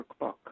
workbook